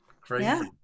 Crazy